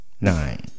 Nine